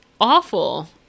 awful